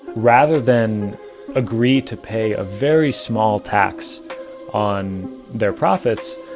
rather than agree to pay a very small tax on their profits,